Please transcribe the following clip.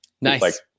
Nice